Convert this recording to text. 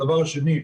הדבר השני.